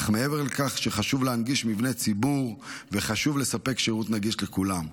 אך מעבר לכך שחשוב להנגיש מבני ציבור וחשוב לספק שירות נגיש לכולם,